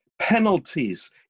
penalties